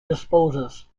disposes